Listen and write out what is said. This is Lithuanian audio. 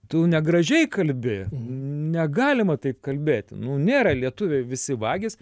tu negražiai kalbi negalima taip kalbėti nu nėra lietuviai visi vagys